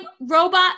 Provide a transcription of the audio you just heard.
robot